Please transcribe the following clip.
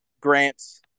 grants